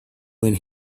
when